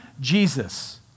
Jesus